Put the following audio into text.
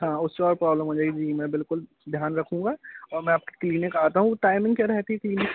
हाँ उससे और प्रॉब्लम हो जाएगी जी मैं बिल्कुल ध्यान रखूँगा और मैं आपके क्लीनिक आता हूँ टाइमिंग क्या रहती है क्लीनिक